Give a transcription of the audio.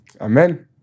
Amen